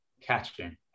Catching